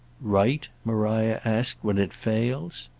right, maria asked, when it fails?